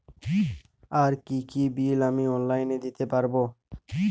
আর কি কি বিল আমি অনলাইনে দিতে পারবো?